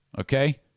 Okay